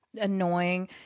annoying